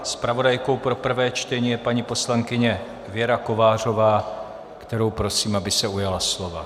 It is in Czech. Zpravodajkou pro prvé čtení je paní poslankyně Věra Kovářová, kterou prosím, aby se ujala slova.